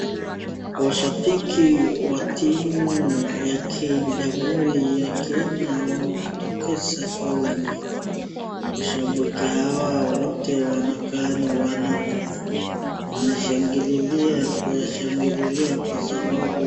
Washabiki wa timu ya jamhuri ya Kenya wamejitokeza kwa wingi. Washabiki hawa wote wanakaa ni wanaume. Wanashangililia kuwashangililia kwa sababu...